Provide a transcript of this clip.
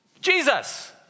Jesus